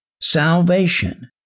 salvation